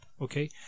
okay